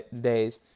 days